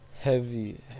Heavy